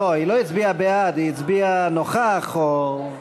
לא, היא לא הצביעה בעד, היא הצביעה "נוכח" או,